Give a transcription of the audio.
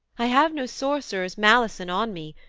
i have no sorcerer's malison on me,